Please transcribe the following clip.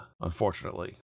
unfortunately